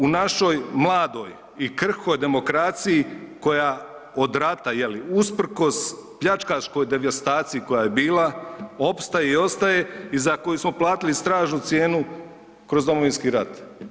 U našoj mladoj i krhkoj demokraciji koja od rata je li, usprkos pljačkaškoj devastaciji koja je bila, opstaje i ostaje i za koju smo platili strašnu cijenu kroz Domovinski rat.